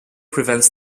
prevents